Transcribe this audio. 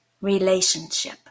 relationship